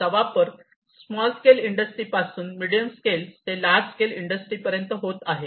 त्याचा वापर small scale industry पासून मिडीयमस्केल ते लार्जस्केल इंडस्ट्री पर्यंत होत आहे